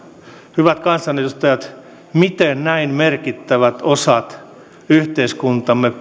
hyvät kansanedustajat miten näin merkittäviä osia yhteiskuntamme